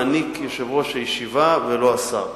מעניק יושב-ראש הישיבה ולא השר.